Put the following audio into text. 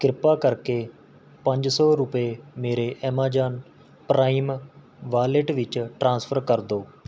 ਕਿਰਪਾ ਕਰਕੇ ਪੰਜ ਸੌ ਰੁਪਏ ਮੇਰੇ ਐਮਾਜਾਨ ਪ੍ਰਾਈਮ ਵਾਲੇਟ ਵਿੱਚ ਟ੍ਰਾਂਸਫਰ ਕਰ ਦਿਉ